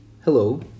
Hello